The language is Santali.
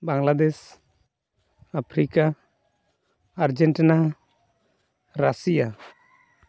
Bangladesh Africa Argentina Russia